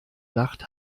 nacht